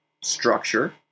structure